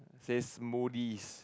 it says smoothies